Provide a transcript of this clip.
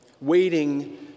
waiting